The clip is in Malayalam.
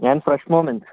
ഞാൻ ഫ്രഷ് മോമെൻ്റ്സ്